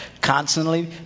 Constantly